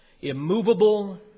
immovable